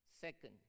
Second